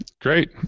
great